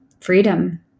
freedom